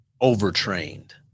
overtrained